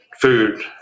Food